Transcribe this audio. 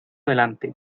adelante